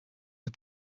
but